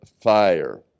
fire